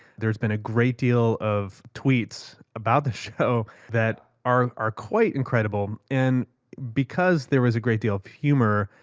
there's been a great deal of tweets about the show that are are quite incredible. and because there was a great deal of humor,